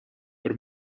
per